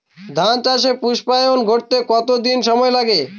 ধান চাষে পুস্পায়ন ঘটতে কতো দিন সময় লাগে?